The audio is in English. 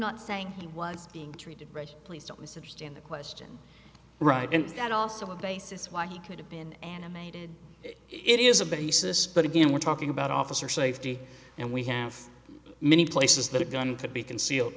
not saying he was being treated right please don't misunderstand the question right and that also a basis why he could have been animated it is a basis but again we're talking about officer safety and we have many places that a gun could be concealed